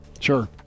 sure